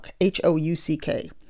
h-o-u-c-k